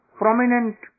prominent